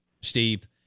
Steve